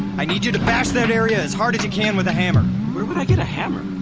i need you to bash that area as hard as you can with a hammer where would i get a hammer?